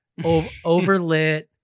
overlit